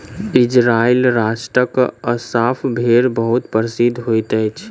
Israel राष्ट्रक Assaf भेड़ बहुत प्रसिद्ध होइत अछि